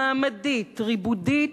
מעמדית, ריבודית,